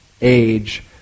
age